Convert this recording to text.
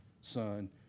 son